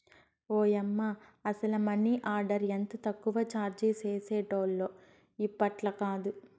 ఓయమ్మ, అసల money order ఎంత తక్కువ చార్జీ చేసేటోల్లో ఇప్పట్లాకాదు